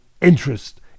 interest